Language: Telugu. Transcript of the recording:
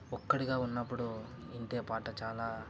ఒక్కడిగా ఉన్నప్పుడు వింటే పాట చాలా